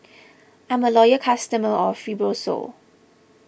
I'm a loyal customer of Fibrosol